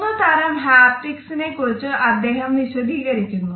മൂന്ന് തരം ഹാപ്റ്റിക്സിനെ കുറിച്ച് അദ്ദേഹം വിശദീകരിക്കുന്നു